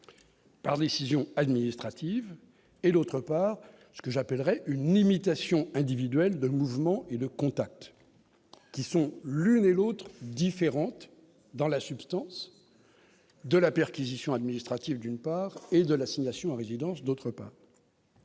par décision administrative et d'autre part, ce que j'appellerais une limitation individuelle de mouvements et de contact qui sont l'une et l'autre différente dans la substance de la perquisition administrative d'une part et de l'assignation à résidence, d'autres pas,